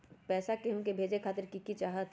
पैसा के हु के भेजे खातीर की की चाहत?